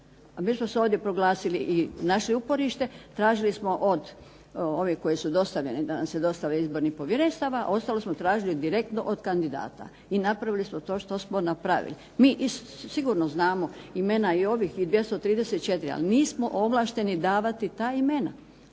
mi smo se ovdje proglasili i našli uporište. Tražili smo od ovih koje su dostavljene da nam se dostave izbornih povjerenstava, a ostalo smo tražili direktno od kandidata i napravili smo to što smo napravili. Mi sigurno znamo imena i ovih i 234, ali nismo ovlašteni davati ta imena.